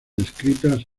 descritas